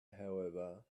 however